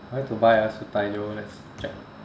where to buy ah let's check